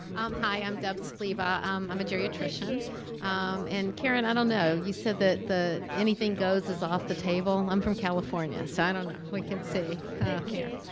um hi, i'm deb saliba. um i'm a geriatrician and, karen, i don't know. you said that anything goes is off the table. i'm from california. so, i don't know. we can see here.